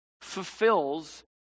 fulfills